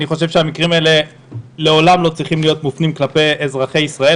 אני חושב שהמקרים האלה לעולם לא צריכים להיות מופנים כלפי אזרחי ישראל,